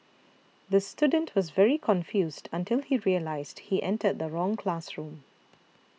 the student was very confused until he realised he entered the wrong classroom